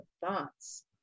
thoughts